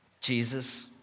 Jesus